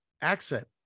accent